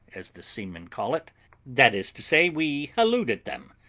as the seamen call it that is to say, we hallooed, at them,